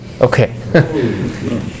Okay